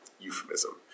Euphemism